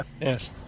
Yes